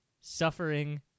suffering